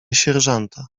sierżanta